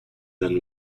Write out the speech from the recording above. than